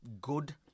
good